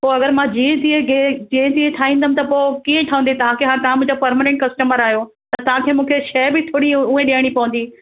पोइ अगरि मां जीअं तीअं जीअं तीअं ठाहींदमि त पोइ कीअं ठहंदी तव्हां मुंहिंजा पर्मेनन्ट कस्टमर आहियो त तव्हांखे मूंखे शइ बि थोरी उहे ॾियणी पवंदी